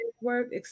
work